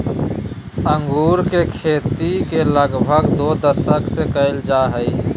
अंगूर के खेती लगभग छो दशक से कइल जा हइ